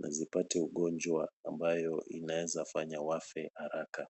na zipate ugonjwa ambao unaeza haribu afya haraka.